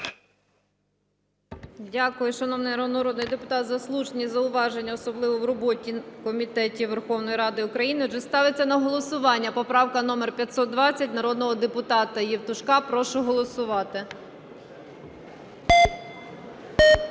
Дякую, шановний народний депутат, за слушні зауваження, особливо в роботі комітетів Верховної Ради України. Отже, ставиться на голосування поправка номер 520 народного депутата Євтушка. Прошу голосувати.